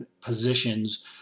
positions